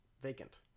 vacant